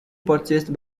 purchased